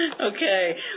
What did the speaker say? Okay